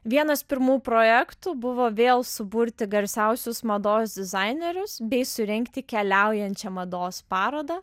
vienas pirmų projektų buvo vėl suburti garsiausius mados dizainerius bei surengti keliaujančią mados parodą